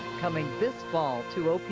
coming this fall to opb.